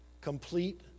Complete